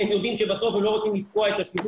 כי הם יודעים שבסוף הם לא רוצים לתקוע את שיווק